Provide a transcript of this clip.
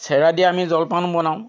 চেৰা দিয়া আমি জলপান বনাওঁ